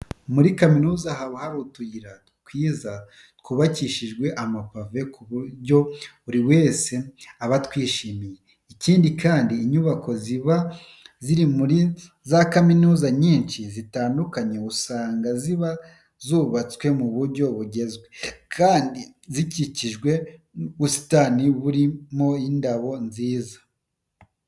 Muri kaminuza haba hari utuyira twiza twubakishije amapave ku buryo buri wese aba atwishimiye. Ikindi kandi inyubako ziba ziri muri za kaminuza nyinshi zitandukanye usanga ziba zubatswe mu buryo bugezwe kandi zikikijwe n'ubusitani burimo n'indabo nziza.